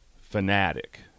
fanatic